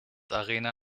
arena